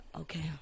Okay